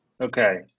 Okay